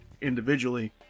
individually